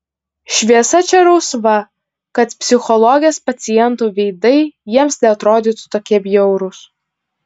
šviesa čia rausva kad psichologės pacientų veidai jiems neatrodytų tokie bjaurūs